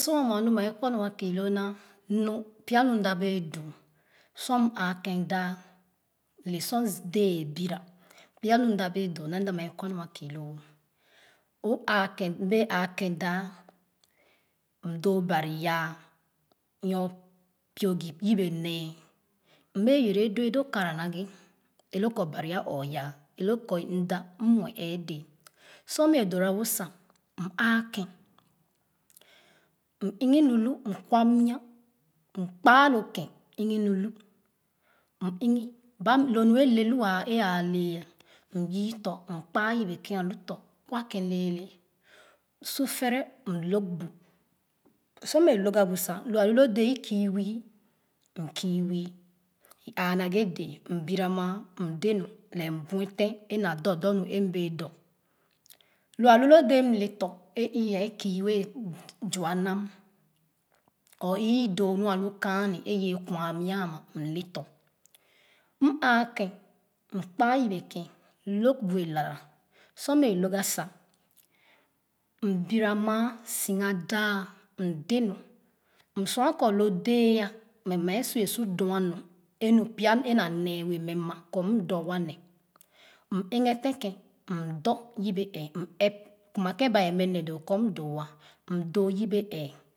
Nu mɛɛ kɔ a kiiloo nu pya nu mda bee doo sor m aaken daa le sor dɛɛ a bira pya nu mda bee doo ne mada mɛ kɔ nu a kiiloo o aaken mbee aaken daa m doo baro yaa nyo piogi yebe nee m mɛ yere a doo doo kara naghe e loo kor bari a oo yaa e lo kɔ mda m muɛ eedee sor mɛ dora wo sa m ààkèn m iginu lu m kwa mia mkpaa lo ken iginu lu igi ba la nu e le lu a e aalɛ m yii tɔ̄ m kpaa yebe kem alo tɔ̄ kwa kem lɛɛrɛ su fɛrɛ m lōg bu sor mɛ lōg gaba sa lo alu lo dɛɛ i kii wii m kii wii e áá naghe dɛɛ m bira maa mde nu lɛɛ m buefen e na do do nu e bee de lo alu loo dɛɛ mle tɔ̄ a ii yee kii wɛɛ zua nam or ii doo mu alu kaani e i yee kwan mia ama mle tɔ̄ m aa ken mkpaa yebe ken lōg bu ɛ lala sor mɛ log ga sa mbira maa siga daa m de nu m sua kɔ lo dɛɛ a mɛ mɛɛ su'a su dɔ'a nu e nu pya na nee bee mɛ maa kɔ m dɔ wa nee m egbe ten ghɛ m do ye be ɛɛ kuma ken baa mɛ nee doo kɔ m do o m doo yebe ɛɛ